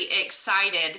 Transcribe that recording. excited